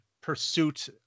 pursuit